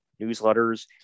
newsletters